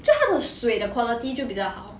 就他的水的 quality 就比较好